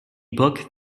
book